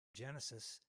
genesis